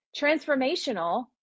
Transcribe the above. transformational